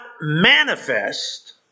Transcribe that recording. manifest